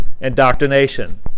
indoctrination